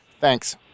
Thanks